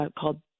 called